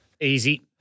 Easy